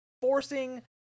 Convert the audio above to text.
forcing